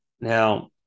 Now